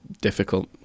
difficult